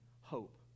hope